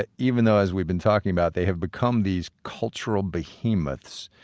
ah even though as we've been talking about they have become these cultural behemoths,